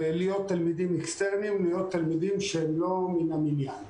להיות תלמידים אקסטרנים זה להיות תלמידים שהם לא מן המניין.